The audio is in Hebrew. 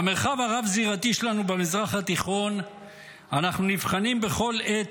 במרחב הרב-זירתי שלנו במזרח התיכון אנחנו נבחנים בכל עת